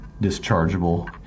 dischargeable